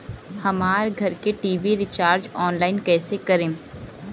हमार घर के टी.वी रीचार्ज ऑनलाइन कैसे करेम?